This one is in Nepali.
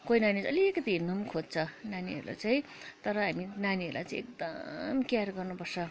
कोही नानी चाहिँ अलिकति हिँड्नु पनि खोज्छ नानीहरूलाई चाहिँ तर हामी नानीहरूलाई चाहिँ एकदम केयर गर्नुपर्छ